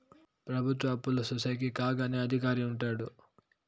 ప్రభుత్వ అప్పులు చూసేకి కాగ్ అనే అధికారి ఉంటాడు